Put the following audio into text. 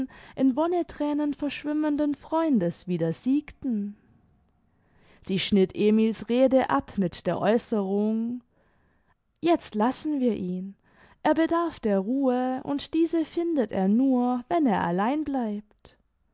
in wonnethränen verschwimmenden freundes wieder siegten sie schnitt emil's rede ab mit der aeußerung jetzt lassen wir ihn er bedarf der ruhe und diese findet er nur wenn er allein bleibt